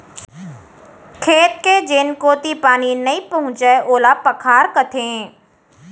खेत के जेन कोती पानी नइ पहुँचय ओला पखार कथें